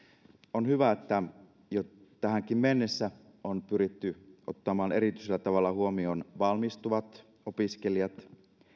on hyvä että jo tähänkin mennessä on pyritty ottamaan erityisellä tavalla huomioon valmistuvat opiskelijat